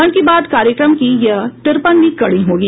मन की बात कार्यक्रम की यह तिरपनवीं कड़ी होगी